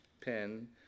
pen